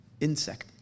insect